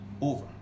over